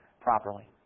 properly